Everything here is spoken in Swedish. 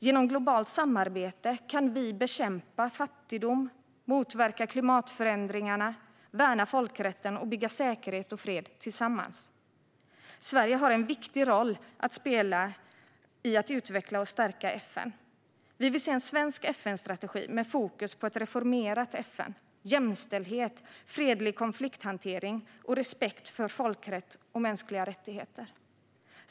Genom globalt samarbete kan vi bekämpa fattigdom, motverka klimatförändringar, värna folkrätten och bygga säkerhet och fred tillsammans. Sverige har en viktig roll att spela i att utveckla och stärka FN. Vi vill se en svensk FN-strategi med fokus på ett reformerat FN, jämställdhet, fredlig konflikthantering och respekt för folkrätt och mänskliga rättigheter.